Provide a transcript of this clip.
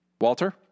Walter